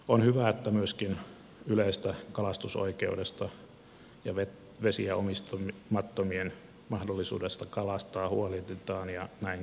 on hyvä että myöskin yleisestä kalastusoikeudesta ja vesiä omistamattomien mahdollisuudesta kalastaa huolehditaan ja näin täytyy jatkossakin tehdä